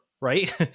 right